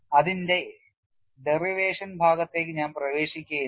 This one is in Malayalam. അതിന്റെ ഡെറിവേഷൻ ഭാഗത്തേക്ക് ഞാൻ പ്രവേശിക്കുകയില്ല